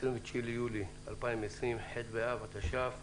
היום ה-29 ביולי 2020, ח' באב התש"ף.